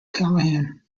callahan